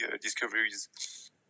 discoveries